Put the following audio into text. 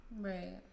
right